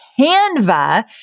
Canva